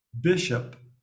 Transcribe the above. bishop